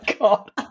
god